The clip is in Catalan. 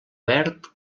verd